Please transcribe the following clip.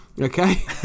Okay